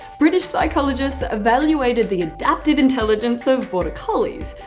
british psychologists evaluated the adaptive intelligence of border collies,